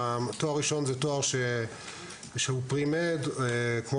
התואר הראשון הוא תואר pre-med כמו